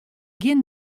gjin